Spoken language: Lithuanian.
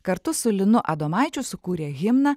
kartu su linu adomaičiu sukūrė himną